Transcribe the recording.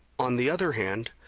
on the other hand,